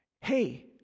hey